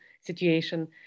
situation